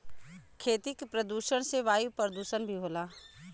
खेती के प्रदुषण से वायु परदुसन भी होला